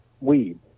weed